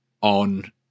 on